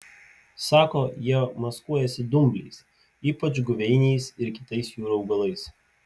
sako jie maskuojasi dumbliais ypač guveiniais ir kitais jūrų augalais